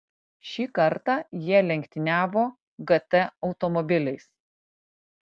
šį kartą jie lenktyniavo gt automobiliais